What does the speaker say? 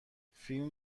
فیلم